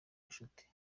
ubushuti